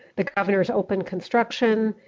the governor's opened construction.